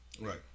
right